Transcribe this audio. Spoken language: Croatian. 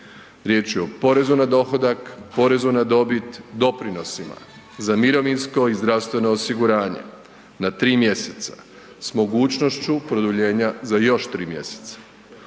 riječ je o porezu na dohodak, porezu na dobit, doprinosima za mirovinsko i zdravstveno osiguranje na tri mjeseca s mogućnošću produljenja za još tri mjeseca.